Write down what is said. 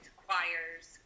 choirs